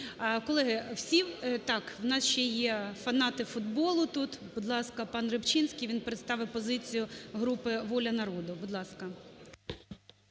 Так, в нас ще є фанати футболу тут. Будь ласка, пан Рибчинський, він представить позицію групи "Воля народу". Будь ласка.